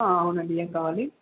అవునండి ఏం కావాలి